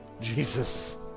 Jesus